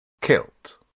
kilt